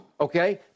Okay